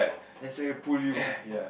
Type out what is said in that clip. then straight away pull you